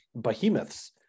behemoths